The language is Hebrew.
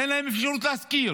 אין להם אפשרות לשכור.